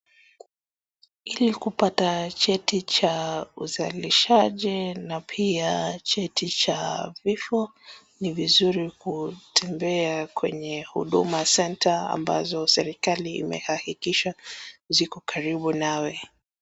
Ili kupata cheti cha uzalishaji na pia cheti cha vifo ni vizuri kutembea kwenye Huduma Centre ambazo serikali imehakikisha ziko karibu nawe.